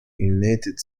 united